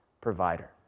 provider